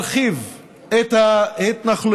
להרחיב את ההתנחלויות